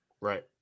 Right